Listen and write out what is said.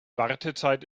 wartezeit